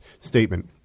statement